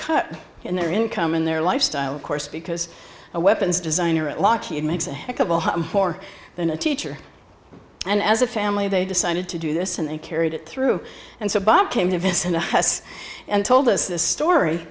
cut in their income and their lifestyle of course because a weapons designer at lockheed makes a heck of a lot more than a teacher and as a family they decided to do this and they carried it through and so bob came to visit us and told us the story